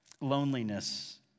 Loneliness